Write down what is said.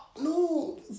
no